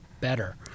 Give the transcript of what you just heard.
better